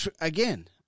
again